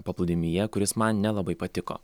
paplūdimyje kuris man nelabai patiko